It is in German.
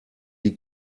die